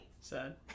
Sad